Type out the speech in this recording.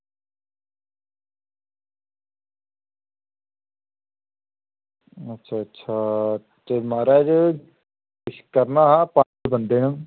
अच्छा अच्छा ते महाराज किश करना हा पंज बंदे न